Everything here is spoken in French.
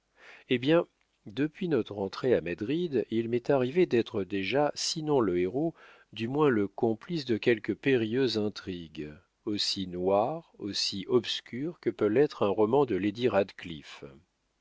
eh bien depuis notre entrée à madrid il m'est arrivé d'être déjà sinon le héros du moins le complice de quelque périlleuse intrigue aussi noire aussi obscure que peut l'être un roman de lady radcliffe